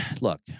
Look